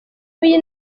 w’iyi